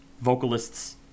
vocalists